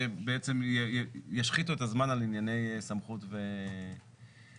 שבעצם ישחיתו את הזמן על ענייני סמכות ופרוצדורה.